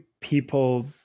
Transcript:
people